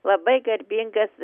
labai garbingas